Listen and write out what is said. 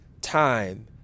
time